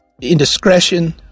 indiscretion